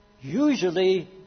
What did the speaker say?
usually